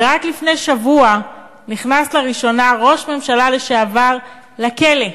ורק לפני שבוע נכנס לראשונה ראש ממשלה לשעבר לכלא,